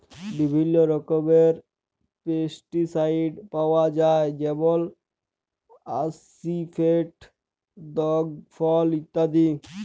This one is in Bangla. বিভিল্ল্য রকমের পেস্টিসাইড পাউয়া যায় যেমল আসিফেট, দিগফল ইত্যাদি